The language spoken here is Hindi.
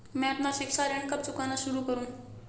मैं अपना शिक्षा ऋण कब चुकाना शुरू करूँ?